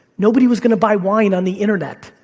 nobody was gonna buy wine on the internet.